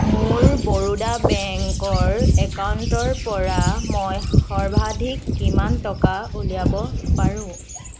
মোৰ বৰোদা বেংকৰ একাউণ্টৰ পৰা মই সৰ্বাধিক কিমান টকা উলিয়াব পাৰোঁ